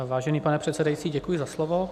Vážený pane předsedající, děkuji za slovo.